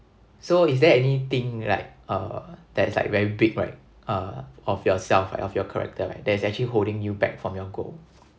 so is there anything like uh that is like very big right uh of yourself like of your character right that's actually holding you back from your goal